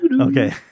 Okay